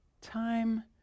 time